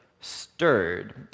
stirred